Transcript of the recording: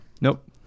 nope